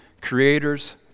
creators